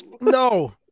No